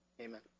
Amen